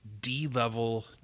D-level